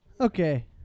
Okay